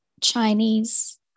Chinese